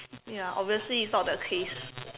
ya obviously it's not the case